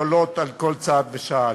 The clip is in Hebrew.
שעולות בכל צעד ושעל.